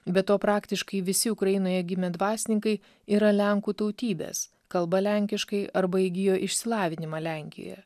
be to praktiškai visi ukrainoje gimę dvasininkai yra lenkų tautybės kalba lenkiškai arba įgijo išsilavinimą lenkijoje